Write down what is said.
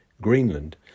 Greenland